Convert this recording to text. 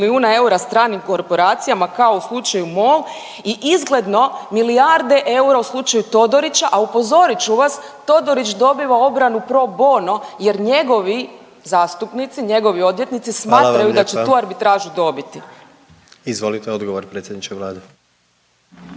milijuna eura stranim korporacijama kao u slučaju MOL i izgledno milijarde eura u slučaju Todorića, a upozorit ću vas Todorić dobiva obranu pro bono jer njegovi zastupnici, njegovi odvjetnici … …/Upadica predsjednik: Hvala